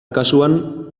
kasuan